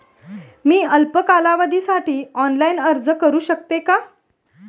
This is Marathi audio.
मी अल्प कालावधीसाठी ऑनलाइन अर्ज करू शकते का?